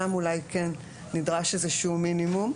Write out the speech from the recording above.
שם אולי כן נדרש איזשהו מינימום,